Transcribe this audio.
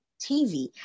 TV